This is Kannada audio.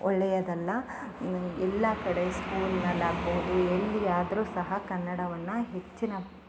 ಒಳ್ಳೆಯದಲ್ಲ ಎಲ್ಲ ಕಡೆ ಸ್ಕೂಲಿನಲ್ಲಿ ಆಗಬಹುದು ಎಲ್ಲಿಯಾದ್ರು ಸಹ ಕನ್ನಡವನ್ನು ಹೆಚ್ಚಿನ